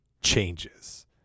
changes